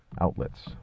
outlets